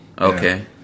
Okay